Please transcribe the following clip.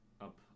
up